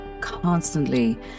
constantly